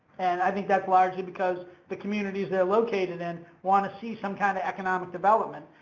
and i think that's largely because the communities they're located in want to see some kind of economic development,